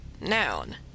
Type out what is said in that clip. Noun